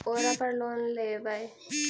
ओरापर लोन लेवै?